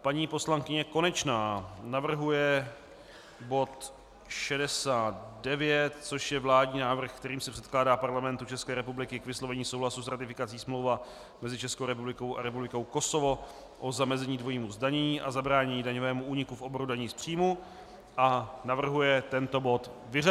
Paní poslankyně Konečná navrhuje bod 69, což je vládní návrh, kterým se předkládá Parlamentu České republiky k vyslovení souhlasu s ratifikací Smlouva mezi Českou republikou a Republikou Kosovo o zamezení dvojímu zdanění a zabránění daňovému úniku v oboru daní z příjmů, a navrhuje tento bod vyřadit.